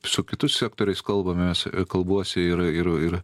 su kitu sektoriais kalbamės kalbuosi ir ir ir